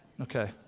Okay